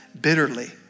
bitterly